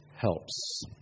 helps